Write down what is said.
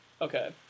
okay